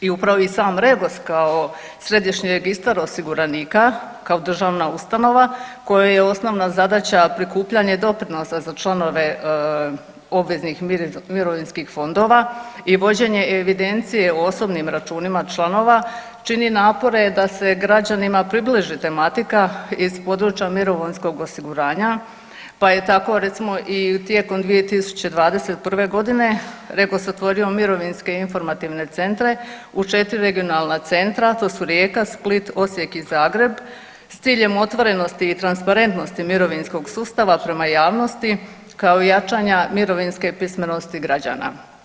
I upravo je i sam REGOS kao središnji registar osiguranika, kao državna ustanova kojoj je osnovna zadaća prikupljanje doprinosa za članove obveznih mirovinskih fondova je vođenje evidencije o osobnim računima članova, čini napore da se građanima približi tematika iz područja mirovinskog osiguranja, pa je tako recimo i tijekom 2021. godine REGOS otvorio mirovinske informativne centre u 4 regionalna centra, to su Rijeka, Split, Osijek i Zagreb s ciljem otvorenosti i transparentnosti mirovinskog sustava prema javnosti kao i jačanja mirovinske pismenosti građana.